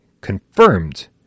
confirmed